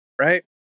right